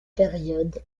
période